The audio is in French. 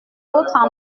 votre